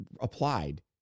applied